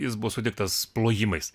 jis buvo sutiktas plojimais